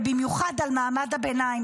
ובמיוחד על מעמד הביניים,